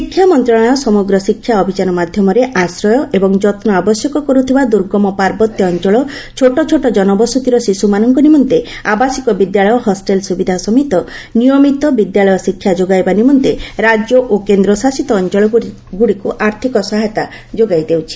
ଶିକ୍ଷା ମନ୍ତ୍ରଣାଳୟ ସମଗ୍ର ଶିକ୍ଷା ଅଭିଯାନ ମାଧ୍ୟମରେ ଆଶ୍ରୟ ଏବଂ ଯତ୍ନ ଆବଶ୍ୟକ କରୁଥିବା ଦୁର୍ଗମ ପାର୍ବତ୍ୟ ଅଞ୍ଚଳ ଛୋଟ ଛୋଟ ଜନବସତିର ଶିଶୁମାନଙ୍କ ନିମନ୍ତେ ଆବାସିକ ବିଦ୍ୟାଳୟ ଓ ହଷ୍ଟେଲ ସୁବିଧା ସମେତ ନିୟମିତ ବିଦ୍ୟାଳୟ ଶିକ୍ଷା ଯୋଗାଇବା ନିମନ୍ତେ ରାଜ୍ୟ ଓ କେନ୍ଦ୍ରଶାସିତ ଅଞ୍ଚଳଗୁଡିକୁ ଆର୍ଥକ ସହାୟତା ଯୋଗାଇ ଦେଉଛି